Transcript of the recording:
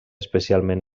especialment